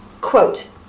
Quote